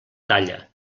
talla